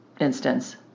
instance